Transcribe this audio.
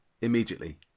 immediately